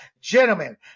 gentlemen